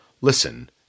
listen